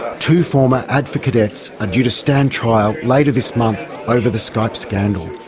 two former adfa cadets are due to stand trial later this month over the skype scandal.